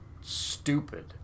stupid